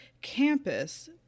campus